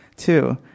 Two